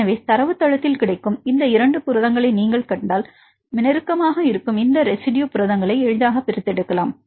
எனவே தரவுத்தளத்தில் கிடைக்கும் இந்த 2 புரதங்களை நீங்கள் கண்டால் நெருக்கமாக இருக்கும் இந்த 2 ரெஸிட்யு புரதங்களை எளிதாக பிரித்தெடுக்கலாம்